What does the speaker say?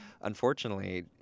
unfortunately